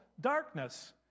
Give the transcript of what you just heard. darkness